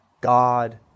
God